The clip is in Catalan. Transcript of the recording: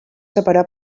separar